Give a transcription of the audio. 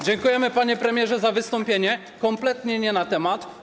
Dziękujemy, panie premierze, za wystąpienie - kompletnie nie na temat.